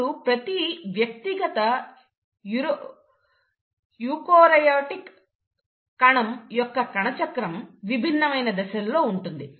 ఇప్పుడు ప్రతి వ్యక్తిగత యూకారియోటిక్ కణం యొక్క కణచక్రం విభిన్నమైన దశలలో ఉంటుంది